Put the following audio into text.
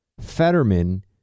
fetterman